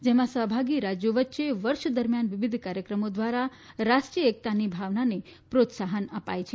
જેમાં સહભાગી રાજ્યો વચ્ચે વર્ષ દરમિયાન વિવિધ કાર્યક્રમો દ્વારા રાષ્ટ્રીય એકતાની ભાવનાને પ્રોત્સાહન અપાય છે